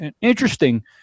Interesting